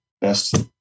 best